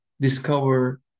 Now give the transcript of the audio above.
discover